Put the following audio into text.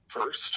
first